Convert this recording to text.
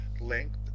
length